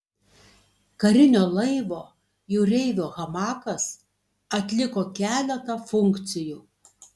karinio laivo jūreivio hamakas atliko keletą funkcijų